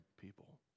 people